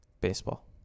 baseball